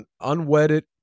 unwedded